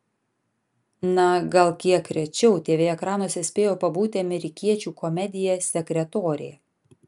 na gal kiek rečiau tv ekranuose spėjo pabūti amerikiečių komedija sekretorė